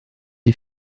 die